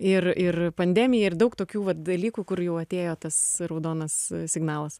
ir ir pandemija ir daug tokių dalykų kur jau atėjo tas raudonas signalas